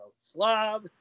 slob